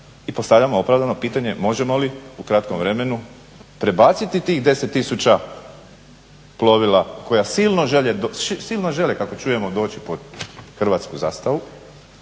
i postavljamo opravdano pitanje možemo li u kratkom vremenu prebaciti tih 10 000 plovila koja silno žele kako čujemo doći pod hrvatsku zastavu.